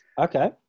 Okay